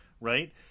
right